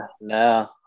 no